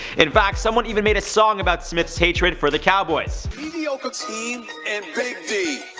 in fact, someone even made a song about smith's hatred for the cowboys the ah and the